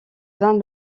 vingt